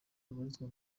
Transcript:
babarizwa